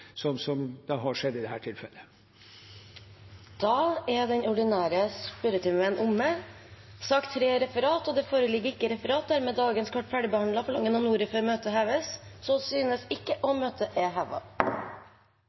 det har skjedd i dette tilfellet. Den ordinære spørretimen er omme. Det foreligger ikke noe referat. Dermed er dagens kart ferdigbehandlet. Forlanger noen ordet før møtet heves? – Så synes ikke,